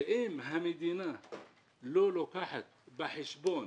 אם המדינה לא לוקחת בחשבון